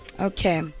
Okay